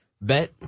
Bet